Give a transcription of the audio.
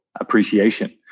appreciation